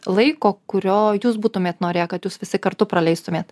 laiko kurio jūs būtumėt norėję kad jūs visi kartu praleistumėt